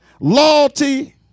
loyalty